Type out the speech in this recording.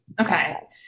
Okay